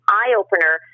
eye-opener